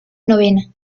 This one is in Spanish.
novena